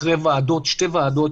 אחרי שתי ועדות,